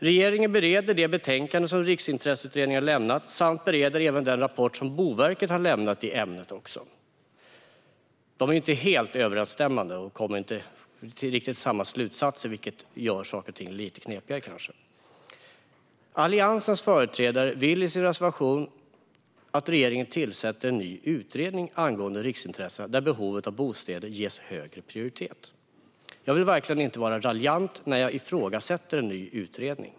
Regeringen bereder det betänkande som Riksintresseutredningen har lämnat och bereder även den rapport i ämnet som Boverket har gjort. Dessa är inte helt överensstämmande och kommer inte riktigt till samma slutsatser, vilket kanske gör saker och ting lite knepigare. Alliansens företrädare vill i sin reservation att regeringen tillsätter en ny utredning angående riksintressena där behovet av bostäder ska ges högre prioritet. Jag vill verkligen inte vara raljant när jag ifrågasätter en ny utredning.